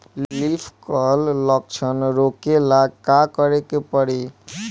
Leaf curl लक्षण रोकेला का करे के परी?